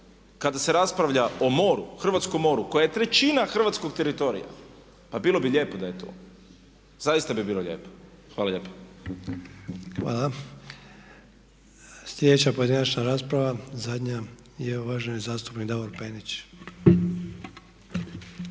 kada se raspravlja o moru, hrvatskom moru, koje je trećina hrvatskog teritorija pa bilo bi lijepo da je tu. Zaista bi bilo lijepo. Hvala lijepo. **Sanader, Ante (HDZ)** Hvala. Sljedeća pojedinačna rasprava zadnja je uvaženi zastupnik Davor Penić.